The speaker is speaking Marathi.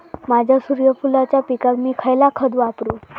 माझ्या सूर्यफुलाच्या पिकाक मी खयला खत वापरू?